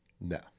No